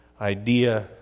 idea